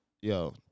yo